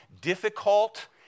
difficult